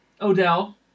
Odell